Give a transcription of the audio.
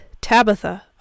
Tabitha